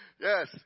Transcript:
Yes